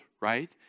right